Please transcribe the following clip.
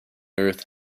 earth